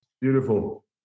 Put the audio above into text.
Beautiful